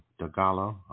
Dagala